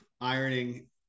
Ironing